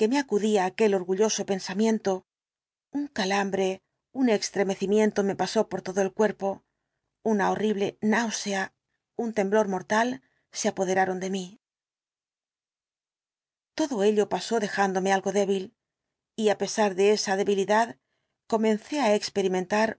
acudía aquel orgulloso pensamiento un calambre un extremecimiento me pasó por todo el cuerpo una horrible náusea un temblor mortal se apoderaron de mí todo ello pasó dejándome algo débil y á pesar de esa debilidad comencé á experimentar